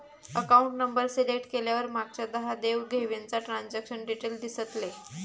account number select केल्यावर मागच्या दहा देव घेवीचा ट्रांजॅक्शन डिटेल दिसतले